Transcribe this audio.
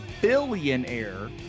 billionaire